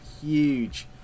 huge